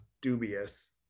dubious